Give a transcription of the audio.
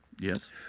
Yes